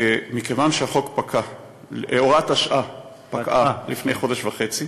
מכיוון שהוראת השעה פקעה לפני חודש וחצי,